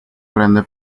prende